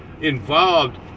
involved